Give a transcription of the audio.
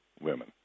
women